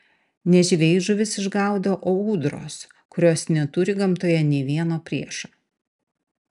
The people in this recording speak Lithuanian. ne žvejai žuvis išgaudo o ūdros kurios neturi gamtoje nė vieno priešo